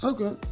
Okay